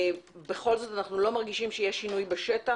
בכל זאת אנחנו לא מרגישים שיש שינוי בשטח